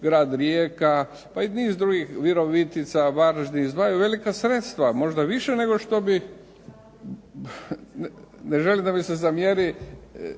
grad Rijeka, pa i niz drugih Virovitica, Varaždin izdvajaju velika sredstva možda više nego što bi ne želim da mi se zamjeri